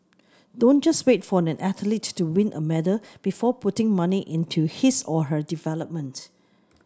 don't just wait for an athlete to win a medal before putting money into his or her development